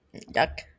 duck